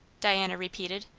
diana repeated,